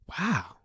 wow